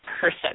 person